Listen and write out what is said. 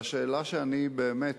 והשאלה שאני באמת